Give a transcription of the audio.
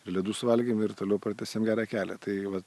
ir ledus valgėme ir toliau pratęsėm gerą kelią tai vat